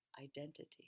identity